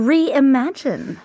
Reimagine